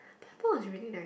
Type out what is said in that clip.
pineapple is really nice